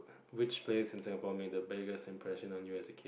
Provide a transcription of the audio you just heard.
which place in Singapore made the biggest impression on you as a kid